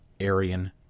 Aryan